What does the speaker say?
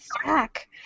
stack